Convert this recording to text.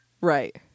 Right